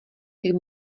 jak